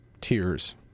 tears